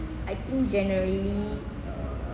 I think generally uh